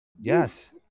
Yes